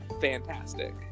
fantastic